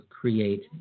create